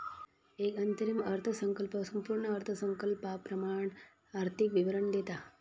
एक अंतरिम अर्थसंकल्प संपूर्ण अर्थसंकल्पाप्रमाण आर्थिक विवरण देता